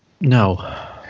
No